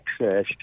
accessed